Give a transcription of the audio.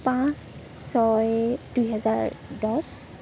ৰ্পাঁচ ছয় দুহেজাৰ দহ